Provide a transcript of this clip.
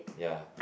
ya